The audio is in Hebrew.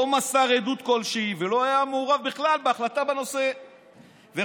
לא מסר עדות כלשהי ולא היה מעורב בכלל בהחלטה בנושא וכו'